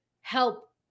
help